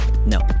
No